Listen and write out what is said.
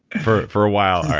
for for a while.